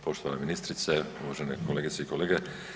poštovana ministrice, uvažene kolegice i kolege.